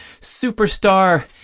superstar